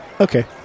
Okay